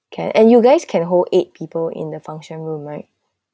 can and you guys can hold eight people in the function room right